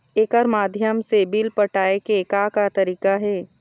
एकर माध्यम से बिल पटाए के का का तरीका हे?